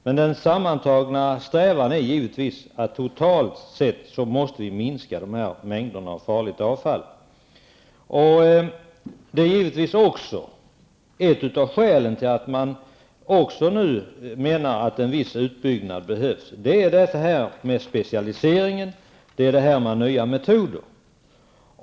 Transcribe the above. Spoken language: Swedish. Men den sammantagna strävan är naturligtvis att vi totalt sett måste minska dessa mängder miljöfarligt avfall. Det är givetvis också ett av skälen till att man nu menar att en viss utbyggnad behövs. Det handlar om specialisering och nya metoder.